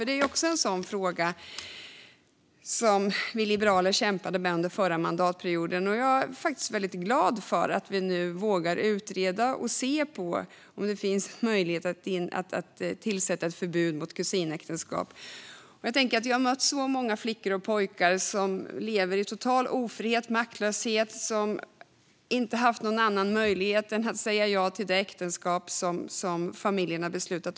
Det är också en fråga som Liberalerna kämpade med under förra mandatperioden, och jag är glad över att vi nu vågar se över om det går att förbjuda kusinäktenskap. Jag har mött så många flickor och pojkar som lever i total ofrihet och maktlöshet och som inte haft någon annan möjlighet än att säga ja till det äktenskap familjen har beslutat om.